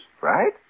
right